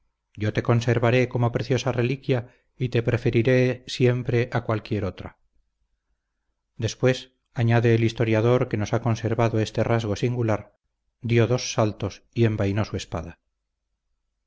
yo te conservaré como preciosa reliquia y te preferiré siempre a cualquier otra después añade el historiador que nos ha conservado este rasgo singular dio dos saltos y envainó su espada